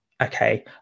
okay